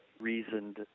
reasoned